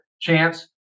chance